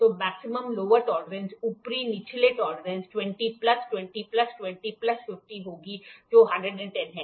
तो मैक्सिमम लोहार टॉलरेंस ऊपरी निचले टॉलरेंस 20 प्लस 20 प्लस 20 प्लस 50 होगी जो 110 है